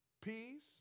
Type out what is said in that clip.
peace